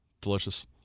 delicious